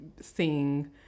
sing